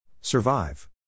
Survive